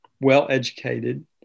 well-educated